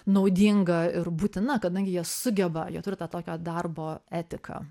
naudinga ir būtina kadangi jie sugeba jie turi tą tokią darbo etiką